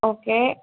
okay